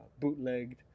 bootlegged